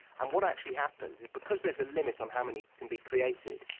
and what actually happened is because there's a limit on how many can be created,